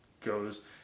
goes